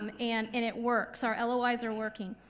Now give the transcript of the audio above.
um and and it works, our lois are working.